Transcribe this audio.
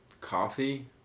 Coffee